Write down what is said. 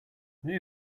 they